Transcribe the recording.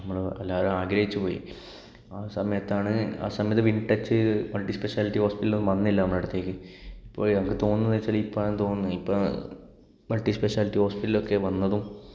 നമ്മൾ എല്ലാവരും ആഗ്രഹിച്ചുപോയി ആ സമയത്താണ് ആ സമയത്ത് വിൻ ടച്ച് മൾട്ടിസ്പെഷ്യാലിറ്റി ഹോസ്പിറ്റൽ ഒന്നും വന്നില്ല നമ്മളുടെ അടുത്തേക്ക് അപ്പോൾ എനിക്ക് തോന്നുന്നത് എന്ന് വെച്ചാൽ ഇപ്പോൾ അങ്ങനെ തോന്നുന്നു ഇപ്പം മൾട്ടിസ്പെഷ്യാലിറ്റി ഹോസ്പിറ്റൽ ഒക്കെ വന്നതും